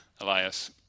Elias